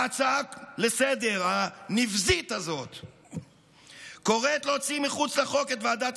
ההצעה לסדר-היום הנבזית הזו קוראת להוציא מחוץ לחוק את ועדת